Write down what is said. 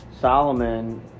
Solomon